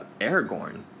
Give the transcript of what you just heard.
aragorn